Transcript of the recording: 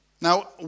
Now